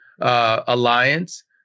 alliance